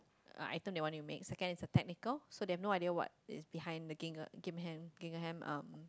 item they want to make second is technical so they have no idea what is behind the Gingha~ Gingham~ Gingaham um